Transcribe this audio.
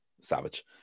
Savage